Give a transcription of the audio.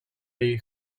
jej